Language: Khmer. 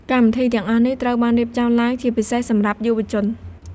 កម្មវិធីទាំងអស់នេះត្រូវបានរៀបចំឡើងជាពិសេសសម្រាប់យុវជន។